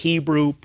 Hebrew